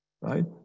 Right